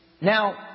Now